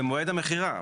במועד המכירה.